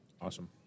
Awesome